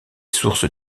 sources